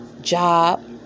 job